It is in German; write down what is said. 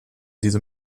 diese